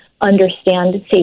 understand